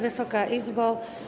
Wysoka Izbo!